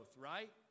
right